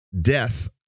death